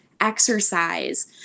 exercise